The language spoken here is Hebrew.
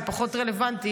זה פחות רלוונטי,